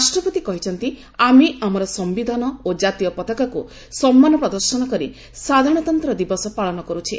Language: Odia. ରାଷ୍ଟ୍ରପତି କହିଛନ୍ତି ଆମେ ଆମର ସମ୍ଭିଧାନ ଓ ଜାତୀୟ ପତାକାକୁ ସମ୍ମାନ ପ୍ରଦର୍ଶନ କରି ସାଧାରଣତନ୍ତ୍ର ଦିବସ ପାଳନ କରୁଛେ